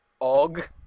Og